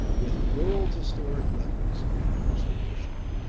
with world's historic levels of incarceration.